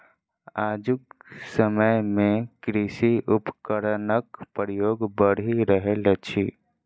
आजुक समय मे कृषि उपकरणक प्रयोग बढ़ि रहल अछि